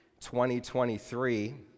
2023